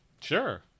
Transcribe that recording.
Sure